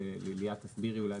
ליאת, תסבירי אולי